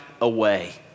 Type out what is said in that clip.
away